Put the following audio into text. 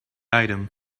item